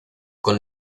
con